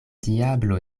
diablo